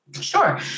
Sure